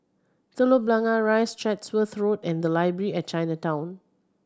Telok Blangah Rise Chatsworth Road and Library at Chinatown